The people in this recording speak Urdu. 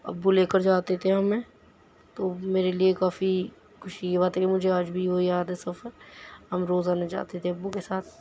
ابو لے کر جاتے تھے ہمیں تو میرے لئے کافی خوشی کی بات ہے کہ مجھے آج بھی وہ یاد ہے سفر ہم روزانہ جاتے تھے ابو کے ساتھ